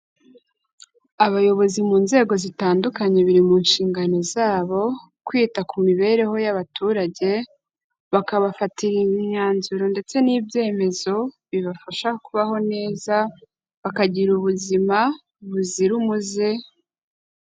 Abayobozi mu nzego zitandukanye biri mu nshingano zabo kwita ku mibereho y'abaturage, bakabafatira imyanzuro ndetse n'ibyemezo bibafasha kubaho neza, bakagira ubuzima buzira umuze.